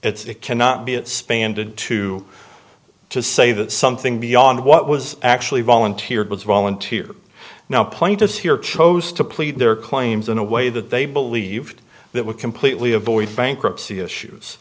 it cannot be a span did to to say that something beyond what was actually volunteered was volunteer now plaintiffs here chose to plead their claims in a way that they believed that would completely avoid bankruptcy issues